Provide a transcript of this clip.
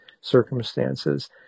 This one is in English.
circumstances